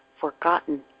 forgotten